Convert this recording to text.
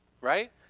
right